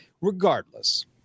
Regardless